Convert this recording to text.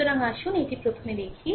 সুতরাং আসুন এটি প্রথম দেখি